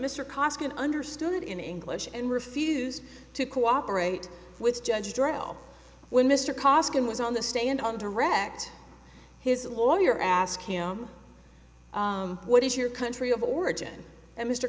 costin understood in english and refused to cooperate with judge darrelle when mr costin was on the stand on direct his lawyer ask him what is your country of origin and mr